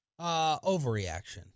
overreaction